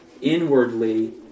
inwardly